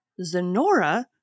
Zenora